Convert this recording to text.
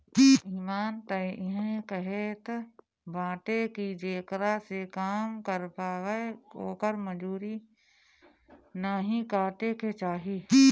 इमान तअ इहे कहत बाटे की जेकरा से काम करावअ ओकर मजूरी नाइ काटे के चाही